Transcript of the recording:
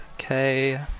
Okay